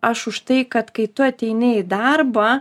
aš už tai kad kai tu ateini į darbą